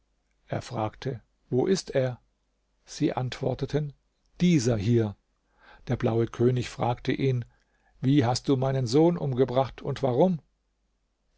er fragte wo ist er sie antworteten dieser hier der blaue könig fragte ihn wie hast du meinen sohn umgebracht und warum